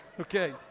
Okay